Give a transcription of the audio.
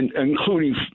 Including